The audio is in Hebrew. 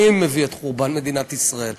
אני מביא את חורבן מדינת ישראל.